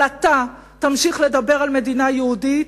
אבל אתה תמשיך לדבר על מדינה יהודית,